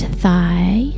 thigh